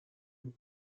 نمی